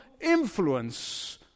influence